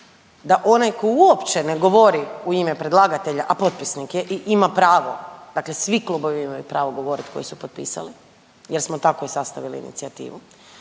da onaj koji uopće ne govori u ime predlagatelja a potpisnik je i ima pravo, dakle svi klubovi imaju pravo koji su potpisali jer smo tako i sastavili inicijativu,